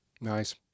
Nice